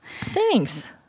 Thanks